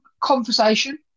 conversation